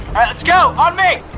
alright let's go! on me!